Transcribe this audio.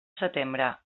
setembre